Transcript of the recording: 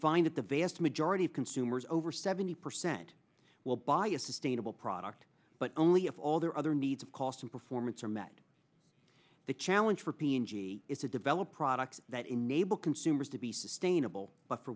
find that the vast majority of consumers over seventy percent will buy a sustainable product but only of all their other needs of cost and performance are met the challenge for p m g is to develop products that enable consumers to be sustainable but for